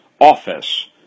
office